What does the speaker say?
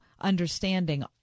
understanding